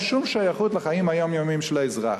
שום שייכות לחיים היומיומיים של האזרח.